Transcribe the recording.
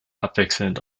abwechselnd